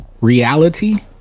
Reality